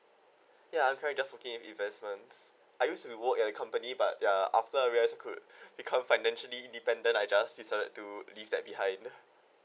ya correct just working in investments I used to be worked at company but ya after I realise that I could become financially independent I just decided to leave that behind